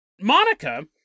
Monica